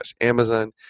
Amazon